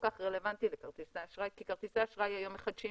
כך רלוונטי לכרטיסי אשראי כי כרטיסי אשראי היום מחדשים